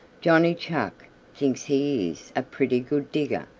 johnny chuck thinks he is a pretty good digger.